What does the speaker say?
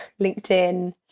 linkedin